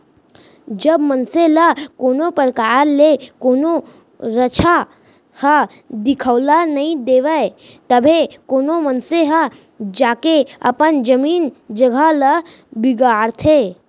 जब मनसे ल कोनो परकार ले कोनो रद्दा ह दिखाउल नइ देवय तभे कोनो मनसे ह जाके अपन जमीन जघा ल बिगाड़थे